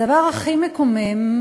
הדבר הכי מקומם,